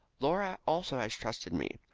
laura also has trusted me,